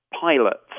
pilots